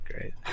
great